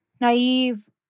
naive